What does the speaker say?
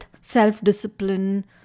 self-discipline